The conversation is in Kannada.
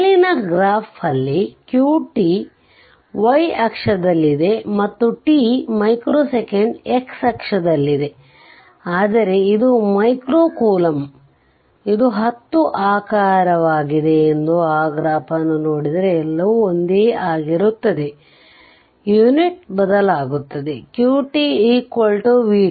ಮೇಲಿನ ಗ್ರಾಫಲ್ಲಿ qt y ಅಕ್ಷದಲ್ಲಿದೆ ಮತ್ತು t ಮೈಕ್ರೊ ಸೆಕೆಂಡ್ x ಅಕ್ಷದಲ್ಲಿದೆ ಆದರೆ ಇದು ಮೈಕ್ರೊ ಕೂಲಂಬ್ ಇದು 10 ಆಕಾರವಾಗಿದೆ ಎಂದು ಗ್ರಾಫ್ ಅನ್ನು ನೋಡಿದರೆ ಎಲ್ಲವೂ ಒಂದೇ ಆಗಿರುತ್ತದೆ ಯೂನಿಟ್ ಬದಲಾಗುತ್ತದೆ qt vt